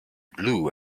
blue